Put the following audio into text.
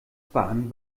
bahn